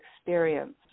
experience